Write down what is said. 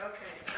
Okay